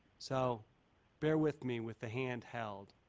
so bare with me with the handheld.